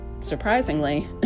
surprisingly